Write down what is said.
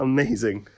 Amazing